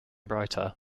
brighter